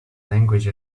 language